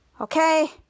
Okay